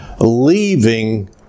leaving